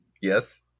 Yes